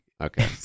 Okay